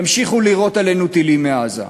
ימשיכו לירות עלינו טילים מעזה,